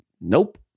nope